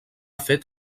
fet